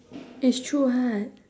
it's true [what]